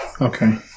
Okay